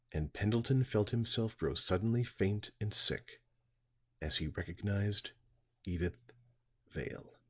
and pendleton felt himself grow suddenly faint and sick as he recognized edyth vale.